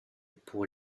pour